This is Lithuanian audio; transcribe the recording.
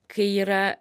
kai yra